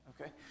Okay